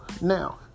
Now